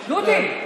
דודי, דודי.